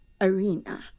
arena